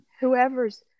Whoever's